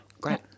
great